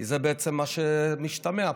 כי זה בעצם מה שמשתמע פה: